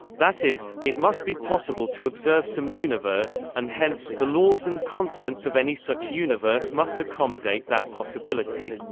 that is, it must be possible to observe some universe, and hence, the laws and constants of any such universe must accommodate that possibility.